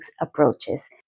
approaches